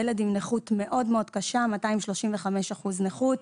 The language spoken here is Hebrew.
ילד עם נכות מאוד מאוד קשה, 235% נכות.